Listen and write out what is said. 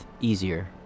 easier